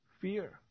Fear